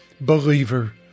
believer